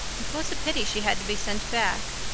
it was a pity she had to be sent back.